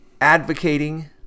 advocating